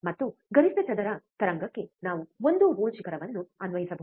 ಮತ್ತು ಗರಿಷ್ಠ ಚದರ ತರಂಗಕ್ಕೆ ನಾವು ಒಂದು ವೋಲ್ಟ್ ಶಿಖರವನ್ನು ಅನ್ವಯಿಸಬಹುದು